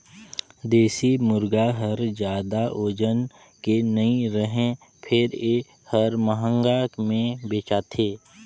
देसी मुरगा हर जादा ओजन के नइ रहें फेर ए हर महंगा में बेचाथे